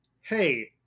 Hey